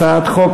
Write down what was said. הצעת חוק